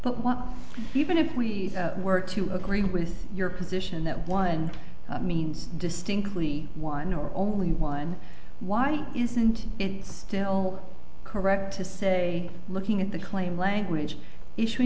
what even if we were to agree with your position that one means distinctly one or only one why isn't it still correct to say looking at the claim language issue